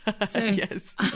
Yes